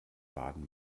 baden